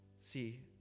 See